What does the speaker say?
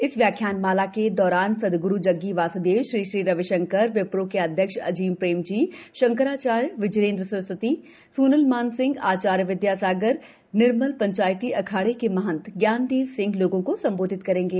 इस व्याख्यानमाला के दौरान सद्ग्रु जग्गी वास्देव श्री श्री रविशंकर विप्रो के अध्यक्ष अजीम प्रेमजी शंकराचार्य विजयेंद्र सरस्वती सोनल मानसिंह आचार्य विदयासागर निर्मल पंचायती अखाड़े के महंत ज्ञानदेव सिंह लोगों को संबोधित करेंगे